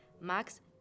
Max